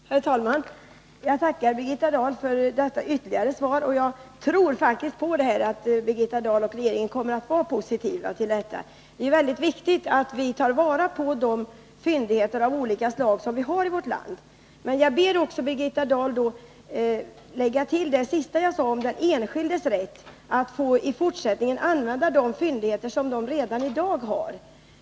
Herr talman! Jag tackar Birgitta Dahl för detta ytterligare svar. Jag tror faktiskt att Birgitta Dahl och regeringen kommer att vara positiva. Det är väldigt viktigt att vi tar vara på de fyndigheter av olika slag som finns i vårt land. Men jag ber Birgitta Dahl att beakta också det sista jag sade om den enskildes rätt att i fortsättningen få använda de fyndigheter som redan i dag utnyttjas.